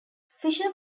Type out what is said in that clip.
fisher